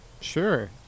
Sure